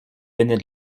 venait